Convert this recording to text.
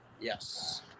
Yes